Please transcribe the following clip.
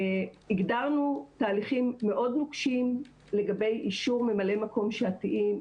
הגדרנו תהליכים מאוד נוקשים לגבי אישור ממלאי מקום שעתיים,